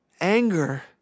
anger